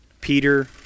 Peter